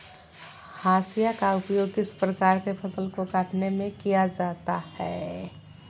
हाशिया का उपयोग किस प्रकार के फसल को कटने में किया जाता है?